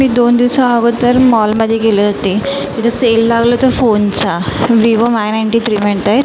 मी दोन दिवसा अगोदर मॉलमध्ये गेले होते तिथे सेल लावलं होतं फोनचा विवो माय नायन्टी थ्री म्हणतंय